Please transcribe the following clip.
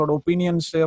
opinions